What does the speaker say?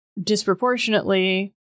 disproportionately